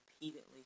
repeatedly